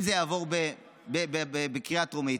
אם זה יעבור בקריאה הטרומית,